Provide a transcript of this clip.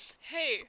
Hey